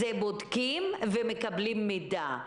אנחנו בודקים ומקבלים מידע.